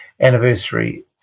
anniversary